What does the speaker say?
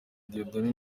dieudonné